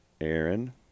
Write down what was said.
Aaron